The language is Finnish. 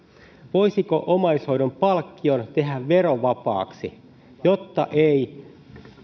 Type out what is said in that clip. voisiko omaishoidon palkkion tehdä verovapaaksi jotta